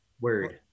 Word